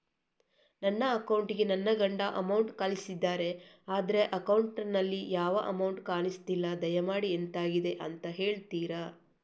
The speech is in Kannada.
ನನ್ನ ಅಕೌಂಟ್ ಗೆ ನನ್ನ ಗಂಡ ಅಮೌಂಟ್ ಕಳ್ಸಿದ್ದಾರೆ ಆದ್ರೆ ಅಕೌಂಟ್ ನಲ್ಲಿ ಯಾವ ಅಮೌಂಟ್ ಕಾಣಿಸ್ತಿಲ್ಲ ದಯಮಾಡಿ ಎಂತಾಗಿದೆ ಅಂತ ಹೇಳ್ತೀರಾ?